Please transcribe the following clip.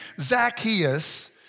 Zacchaeus